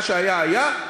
מה שהיה היה,